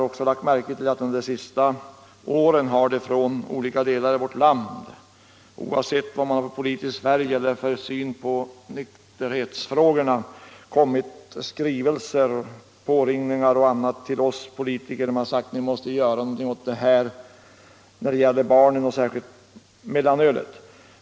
Under de senaste åren har det från olika delar av vårt land kommit påringningar och skrivelser till oss riksdagsmän där man begärt att vi måste göra någonting åt detta problem, särskilt när det gäller barnen och mellanölet.